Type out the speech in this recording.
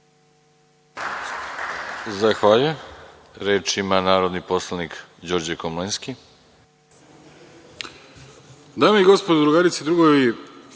Zahvaljujem. Reč ima narodni poslanik Đorđe Komlenski.